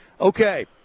Okay